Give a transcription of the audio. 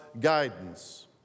guidance